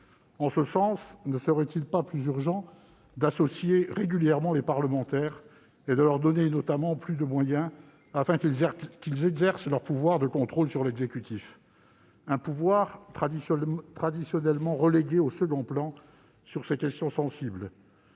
En ce sens, ne serait-il pas plus urgent d'associer régulièrement les parlementaires et, notamment, de leur donner plus de moyens, afin qu'ils exercent leur pouvoir de contrôle sur l'exécutif, un pouvoir traditionnellement relégué au second plan sur ces questions sensibles